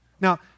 Now